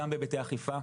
גם בהיבטי אכיפה,